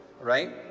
right